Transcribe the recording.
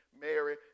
Mary